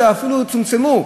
אלא אפילו צומצמו.